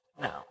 No